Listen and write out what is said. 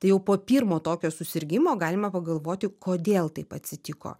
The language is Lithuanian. tai jau po pirmo tokio susirgimo galima pagalvoti kodėl taip atsitiko